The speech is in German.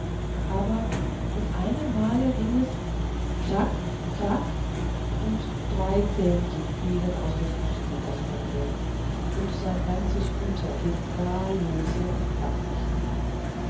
aber mit einem male ging es krack krack und drei zähnchen fielen aus des nußknackers munde und sein ganzes unterkinn war lose und wacklicht